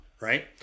Right